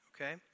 okay